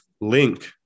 link